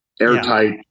airtight